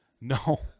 No